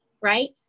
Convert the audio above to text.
right